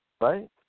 right